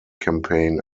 campaign